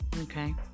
Okay